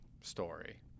story